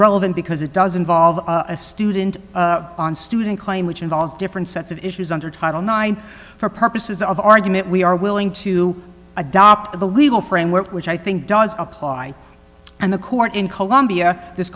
relevant because it doesn't volved a student on student claim which involves different sets of issues under title nine for purposes of argument we are willing to adopt the legal framework which i think does apply and the court in columbia this